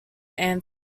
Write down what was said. anthem